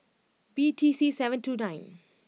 B T C seven two nine